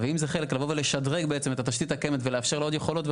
ואם זה לבוא ולשדרג את התשתית הקיימת ולאפשר לה עוד יכולות,